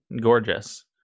gorgeous